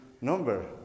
number